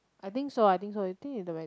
I think so I think so you think is the